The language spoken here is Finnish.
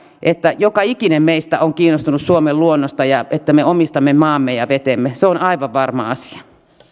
että joka ikinen meistä on kiinnostunut suomen luonnosta ja siitä että me omistamme maamme ja vetemme se on aivan varma asia